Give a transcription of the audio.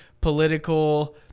political